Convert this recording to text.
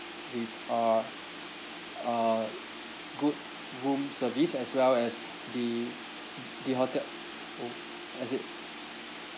with uh uh good room service as well as the the hotel room as it